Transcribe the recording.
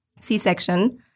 c-section